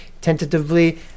Tentatively